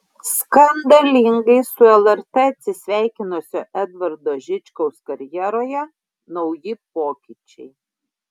skandalingai su lrt atsisveikinusio edvardo žičkaus karjeroje nauji pokyčiai